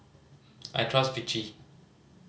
I trust Vichy